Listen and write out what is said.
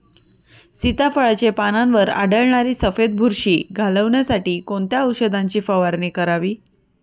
सीताफळाचे पानांवर आढळणारी सफेद बुरशी घालवण्यासाठी कोणत्या औषधांची फवारणी करावी?